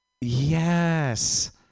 Yes